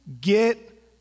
get